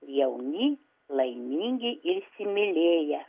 jauni laimingi ir įsimylėję